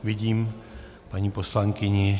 Vidím paní poslankyni.